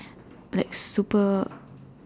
like super